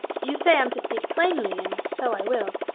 you say i'm to speak plainly, and so i will.